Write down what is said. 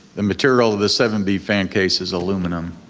the material of the seven b fan case is aluminum.